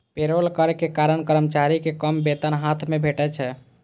payroll कर के कारण कर्मचारी कें कम वेतन हाथ मे भेटै छै